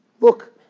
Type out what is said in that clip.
Look